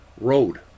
road